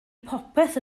popeth